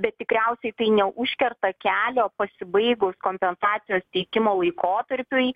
bet tikriausiai tai neužkerta kelio pasibaigus kompensacijos teikimo laikotarpiui